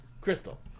Crystal